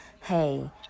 hey